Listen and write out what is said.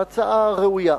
ההצעה ראויה.